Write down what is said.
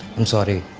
i'm sorry,